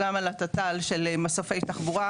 גם על התת"ל של מסופי תחבורה,